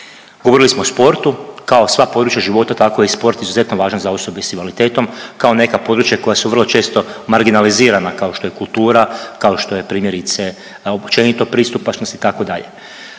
Govorili smo o sportu. Kao i sva područja života, tako je i sport izuzetno važan za osobe sa invaliditetom kao neka područja koja su vrlo često marginalizirana kao što je kultura, kao što je primjerice općenito pristupačnost itd.